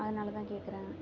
அதனாலதான் கேட்குறேன்